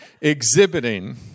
exhibiting